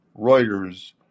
Reuters